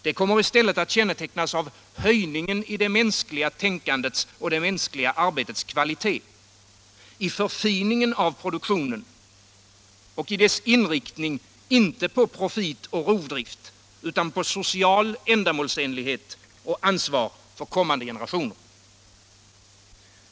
Det kommer i stället att kännetecknas av höjningen i det mänskliga tänkandets och arbetets kvalitet, i förfiningen av produktionen och dess inriktning, inte på profit och rovdrift utan på social ändamålsenlighet och ansvar för kommande generationer.